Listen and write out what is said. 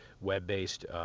web-based